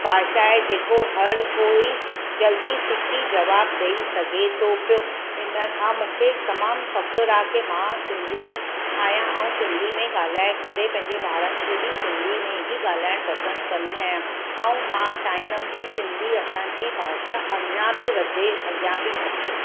भाषा आहे जेको हर कोई जल्दी सिखी जवाबु ॾेई सघे थो पियो इन खां मूंखे तमामु फ़क़ुरु आहे के मां सिंधी आहियां ऐं सिंधी में ॻाल्हाए करे पंहिंजे ॿारनि खे बि सिंधी में ई ॻाल्हाइणु पसंदि कंदी आहियां ऐं मां चाहींदमि के सिंधी असांजी भाषा अञां बि वधे अॻियां बि अचे